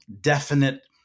definite